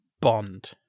bond